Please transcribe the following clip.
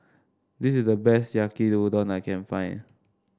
this is the best Yaki Udon I can find